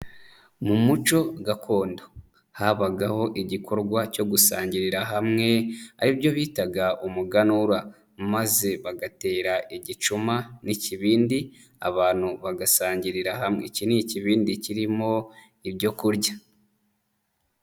Mu muco gakondo habagaho igikorwa cyo gusangirira hamwe ari byo bitaga umuganura, maze bagatera igicuma n'ikibindi abantu bagasangirira hamwe, iki ni ikibindi kirimo ibyo kurya.